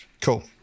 Cool